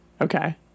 Okay